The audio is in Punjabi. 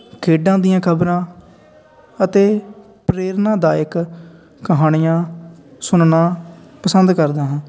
ਖੇਡਾਂ ਦੀਆਂ ਖਬਰਾਂ ਅਤੇ ਪ੍ਰੇਰਨਾਦਾਇਕ ਕਹਾਣੀਆਂ ਸੁਣਨਾ ਪਸੰਦ ਕਰਦਾ ਹਾਂ